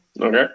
Okay